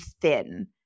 thin